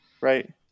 Right